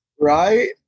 right